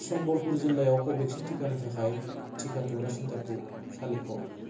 सम्बलपुर जिल्लायाव कवेक्सिन टिकानि थाखाय टिका थुग्रा सेन्टारखौ सालिख'